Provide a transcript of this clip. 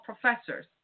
professors